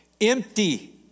Empty